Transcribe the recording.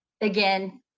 Again